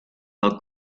del